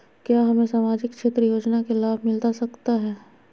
क्या हमें सामाजिक क्षेत्र योजना के लाभ मिलता सकता है?